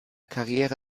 karriere